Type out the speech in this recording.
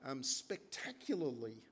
Spectacularly